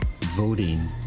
Voting